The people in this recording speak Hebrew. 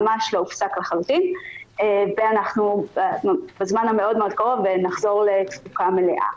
ממש לא הופסק לחלוטין ואנחנו בזמן המאוד מאוד קרוב נחזור לתפוקה מלאה.